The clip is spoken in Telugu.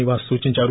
నివాస్ సూచిందారు